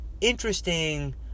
interesting